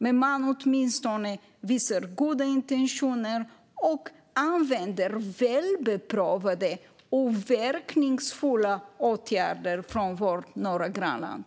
Men man kan åtminstone visa goda intentioner och använda väl beprövade och verkningsfulla åtgärder från vårt grannland.